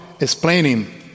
explaining